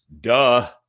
Duh